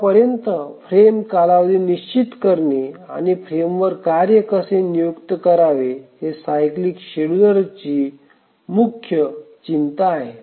आतापर्यंत फ्रेम कालावधी निश्चित करणे आणि फ्रेमवर कार्य कसे नियुक्त करावे हे सायक्लीक शेड्युलरची मुख्य चिंता आहे